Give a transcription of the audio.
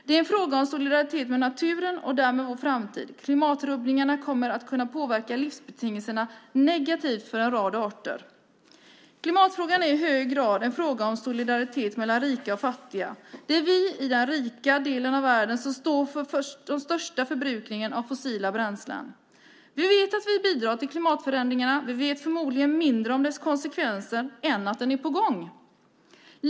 Det är en fråga om solidaritet med naturen och därmed vår framtid. Klimatrubbningarna kommer att kunna påverka livsbetingelserna negativt för en rad arter. Klimatfrågan är i hög grad en fråga om solidaritet mellan rika och fattiga. Det är vi i den rika delen av världen som står för den största förbrukningen av fossila bränslen. Vi vet att vi bidrar till klimatförändringarna. Vi vet förmodligen mindre om deras konsekvenser än att de är på gång.